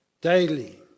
Daily